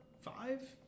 five